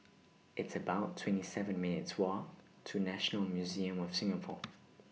It's about twenty seven minutes' Walk to National Museum of Singapore